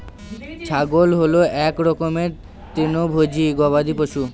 ছাগল হল এক রকমের তৃণভোজী গবাদি পশু